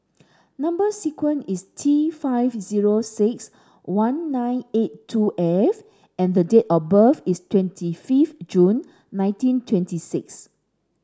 number sequence is T five zero six one nine eight two F and the date of birth is twenty fifth June nineteen twenty six